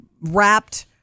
wrapped